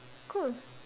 cool